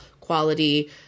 quality